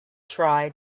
try